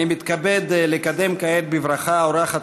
אני מתכבד לקדם כעת בברכה את פניה של